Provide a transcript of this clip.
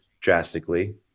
drastically